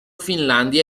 finlandia